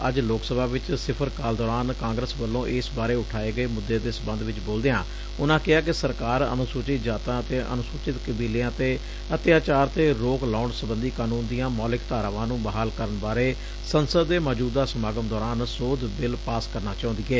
ਅੱਜ ਲੋਕ ਸਭਾ ਵਿਚ ਸਿਫ਼ਰ ਕਾਲ ਦੌਰਾਨ ਕਾਂਗਰਸ ਵੇੱਲੋ ਇਸ ਬਾਰੇ ਉਠਾਏ ਗਏ ਮੁੱਦੇ ਦੇ ਸਬੰਧ ਚ ਬੋਲਦਿਆਂ ਉਨ੍ਹਾਂ ਕਿਹਾ ਕਿ ਸਰਕਾਰ ਅਨੁਸੁਚਿਤ ਜਾਤਾਂ ਅਤੇ ਅਨੁਸੁਚਿਤ ਕਬੀਲਿਆ ਤੇ ਅਤਿਆਚਾਰ ਤੇ ਰੋਕ ਲਾਊਣ ਸਬੰਧੀ ਕਾਨੂੰਨ ਦੀਆ ਮੌਲਿਕ ਧਾਰਾਵਾ ਨੂੰ ਬਹਾਲ ਕਰਨ ਬਾਰੇ ਸੰਸਦ ਦੇ ਮੌਜੁਦਾ ਸਮਾਗਮ ਦੌਰਾਨ ਸੋਧ ਬਿਲ ਪਾਸ ਕਰਨਾ ਚਾਹੁੰਦੀ ਏ